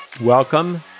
Welcome